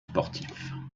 sportifs